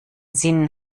sinn